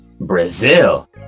brazil